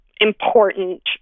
important